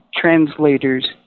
translators